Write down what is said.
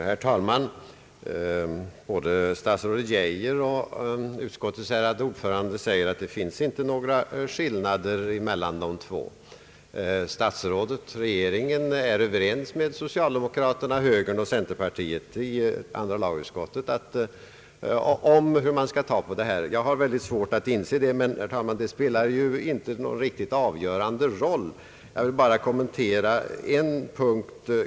Herr talman! Både statsrådet Geijer och utskottets ärade ordförande säger att det inte finns några skillnader mellan dem. Statsrådet och regeringen är överens med socialdemokraterna, högern och centerpartiet i andra lagutskottet om hur man skall behandla denna fråga. Jag har mycket svårt att inse det, men, herr talman, det spelar inte någon riktigt avgörande roll. Jag vill bara kommentera på en punkt.